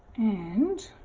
and